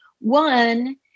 one